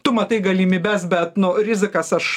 tu matai galimybes bet nu rizikas aš